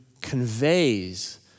conveys